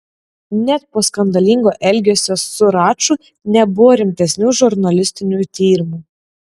net po skandalingo elgesio su raču nebuvo rimtesnių žurnalistinių tyrimų